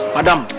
Madam